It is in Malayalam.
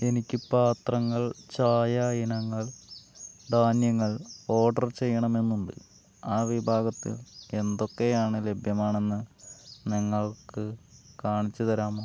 എനിക്ക് പാത്രങ്ങൾ ചായ ഇനങ്ങൾ ധാന്യങ്ങൾ ഓർഡർ ചെയ്യണമെന്നുണ്ട് ആ വിഭാഗത്തിൽ എന്തൊക്കെയാണ് ലഭ്യമാണെന്ന് നിങ്ങൾക്ക് കാണിച്ചു തരാമോ